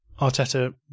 Arteta